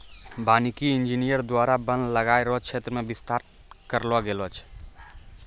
वानिकी इंजीनियर द्वारा वन लगाय रो क्षेत्र मे बिस्तार करलो गेलो छै